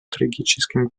трагическим